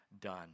done